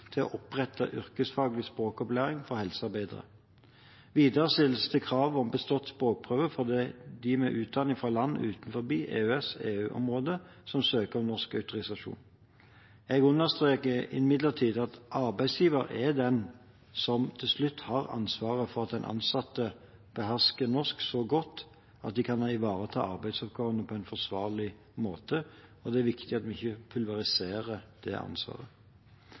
til å opprette yrkesfaglig språkopplæring for helsearbeidere. Videre stilles det krav om bestått språkprøve for dem med utdanning fra land utenfor EØS-/EU-området som søker om norsk autorisasjon. Jeg understreker imidlertid at arbeidsgiver er den som til slutt har ansvaret for at de ansatte behersker norsk så godt at de kan ivareta arbeidsoppgavene på en forsvarlig måte, og det er viktig at vi ikke pulveriserer det ansvaret.